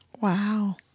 Wow